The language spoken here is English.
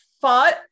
fought